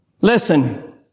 Listen